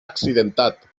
accidentat